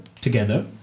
together